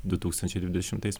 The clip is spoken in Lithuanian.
du tūkstančiai dvidešimtais